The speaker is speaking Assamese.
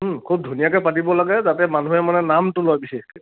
খুব ধুনীয়াকৈ পাতিব লাগে যাতে মানুহে মানে নাম তোলোৱা বিশেষকৈ